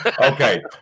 Okay